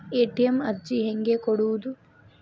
ATM ಅರ್ಜಿ ಹೆಂಗೆ ಕೊಡುವುದು?